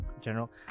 general